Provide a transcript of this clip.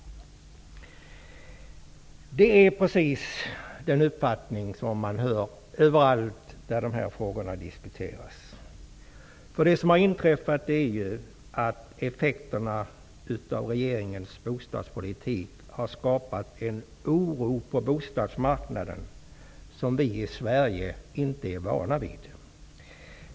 Det är precis den uppfattning som man hör överallt där dessa frågor diskuteras. Det som har inträffat är att effekterna av regeringens bostadspolitik har skapat en oro på bostadsmarknaden som vi i Sverige inte är vana vid.